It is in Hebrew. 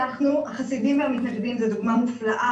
זו לא הגבלת זמן,